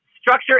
Structure